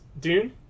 Dune